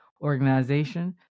organization